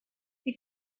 wir